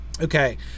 Okay